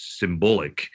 symbolic